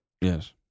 Yes